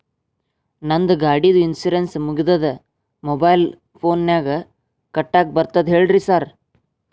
ನಂದ್ ಗಾಡಿದು ಇನ್ಶೂರೆನ್ಸ್ ಮುಗಿದದ ಮೊಬೈಲ್ ಫೋನಿನಾಗ್ ಕಟ್ಟಾಕ್ ಬರ್ತದ ಹೇಳ್ರಿ ಸಾರ್?